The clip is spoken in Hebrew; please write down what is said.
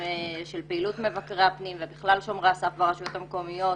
פעילות מבקרי הפנים ובכלל שומרי הסף ברשויות המקומיות.